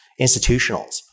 institutionals